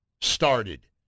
started